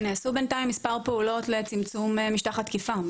נעשו בינתיים מספר פעולות לצמצום משטח התקיפה,